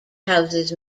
houses